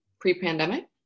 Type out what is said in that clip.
pre-pandemic